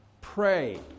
pray